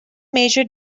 major